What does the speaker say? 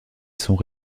sont